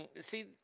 see